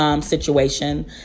Situation